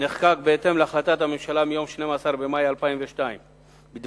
נחקק בהתאם להחלטת הממשלה מיום 12 במאי 2002 בדבר